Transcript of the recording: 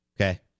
okay